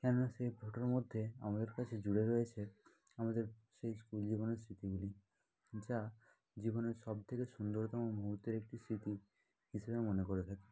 কেননা সেই ফটোর মধ্যে আমাদের কাছে জুড়ে রয়েছে আমাদের সেই স্কুলজীবনের স্মৃতিগুলি যা জীবনের সবথেকে সুন্দরতম মুহূর্তের একটি স্মৃতি হিসেবে মনে করে থাকি